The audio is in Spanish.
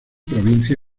provincia